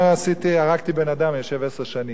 אומר: הרגתי בן-אדם, יושב עשר שנים.